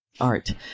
art